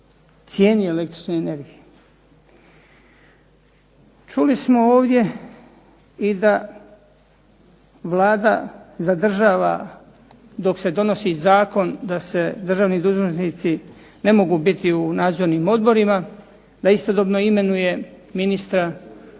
cijeni električne energije. Čuli smo ovdje i da Vlada zadržava dok se donosi zakon da se državni dužnosnici ne mogu biti u nadzornim odborima, da istodobno imenuje ministra Šukera